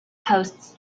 posts